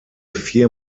vier